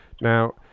Now